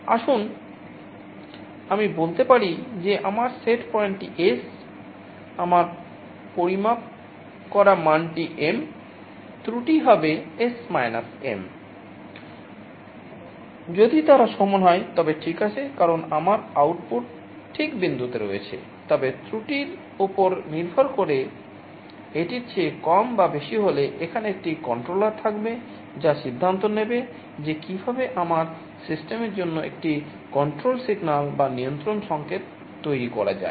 আসুন আমি বলতে পারি যে আমার সেট পয়েন্টটি S আমার পরিমাপ করা মানটি M ত্রুটি বা নিয়ন্ত্রণ সংকেত তৈরি করা যায়